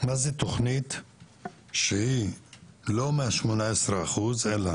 מה זה תכנית שהיא לא מה-18% אלא